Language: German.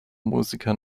musiker